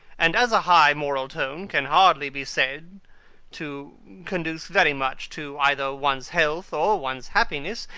and as a high moral tone can hardly be said to conduce very much to either one's health or one's happiness,